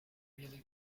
really